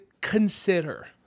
consider